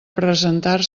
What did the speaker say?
presentar